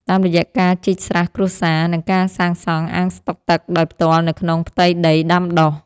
តាមរយៈការជីកស្រះគ្រួសារ និងការសាងសង់អាងស្តុកទឹកដោយផ្ទាល់នៅក្នុងផ្ទៃដីដាំដុះ។